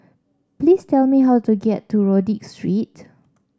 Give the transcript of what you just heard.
please tell me how to get to Rodyk Street